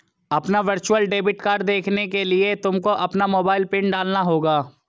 अपना virtual debit card देखने के लिए तुमको अपना मोबाइल पिन डालना होगा